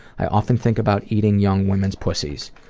i often think about eating young women's pussies.